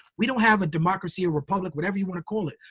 we don't have a democracy, a republic, whatever you want to call it.